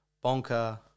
bonker